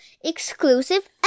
exclusive